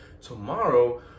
tomorrow